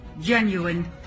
genuine